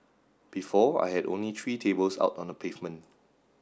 before I had only three tables out on the pavement